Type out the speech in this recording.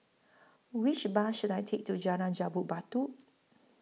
Which Bus should I Take to Jalan Jambu Batu